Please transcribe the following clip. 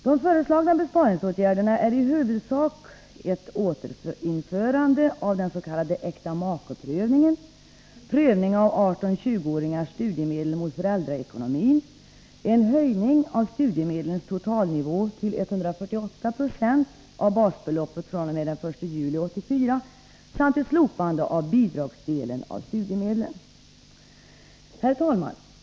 De föreslagna besparingsåtgärderna är i huvudsak ett återinförande av den s.k. äktamakeprövningen, prövning av 18-20-åringars studiemedel mot föräldraekonomin, en höjning av studiemedlens totalnivå till 148 96 av basbeloppet fr.o.m. den 1 juli 1984 samt ett slopande av bidragsdelen av studiemedlen. Herr talman!